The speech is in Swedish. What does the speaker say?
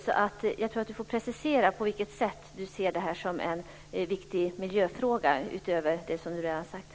Annelie Enochson får nog precisera på vilket sätt hon ser detta som en viktig miljöfråga utöver det som redan sagts.